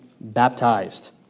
baptized